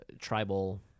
tribal